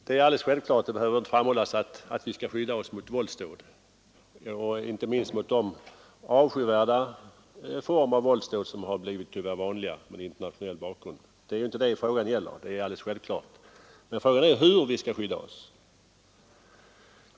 Det är alldeles självklart — och behöver inte framhållas — att vi skall skydda oss mot våldsdåd, inte minst mot de avskyvärda former av våldsdåd med internationell bakgrund som tyvärr har blivit vanliga. Men frågan är hur vi skall skydda oss.